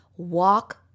Walk